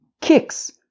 kicks